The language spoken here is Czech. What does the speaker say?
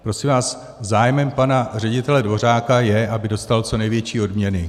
Prosím vás, zájmem pane ředitele Dvořáka je, aby dostal co největší odměny.